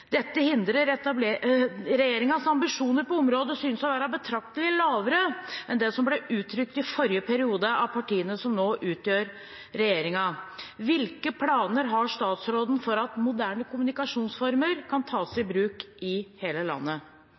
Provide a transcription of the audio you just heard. ambisjoner på området synes å være betraktelig lavere enn det som ble uttrykt i forrige periode av de partiene som nå utgjør regjeringen i forrige periode. Hvilke planer har statsråden for at moderne kommunikasjonsformer kan brukes i hele landet?»